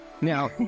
now